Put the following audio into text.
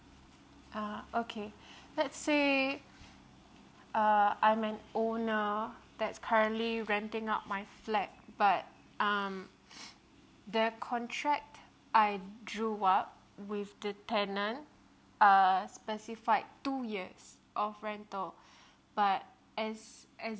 ah okay let's say uh I'm an owner that's currently renting out my flat but um the contract I drew out with the tenant uh specified two years of rental but as as